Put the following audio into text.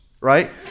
right